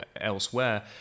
elsewhere